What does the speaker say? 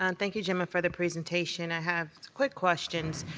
and thank you, gemma, for the presentation. i have quick questions,